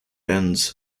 ends